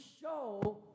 show